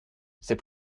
c’est